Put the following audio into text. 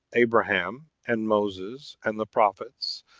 abraham, and moses, and the prophets,